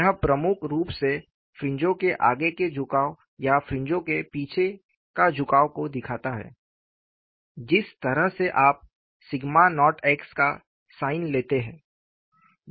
यह प्रमुख रूप से फ्रिंजों के आगे के झुकाव या फ्रिंजों के पीछे का झुकाव को दिखाता है जिस तरह से आप सिग्मा नॉट x का साइन लेते हैं